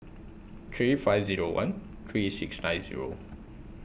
three five Zero one three six nine Zero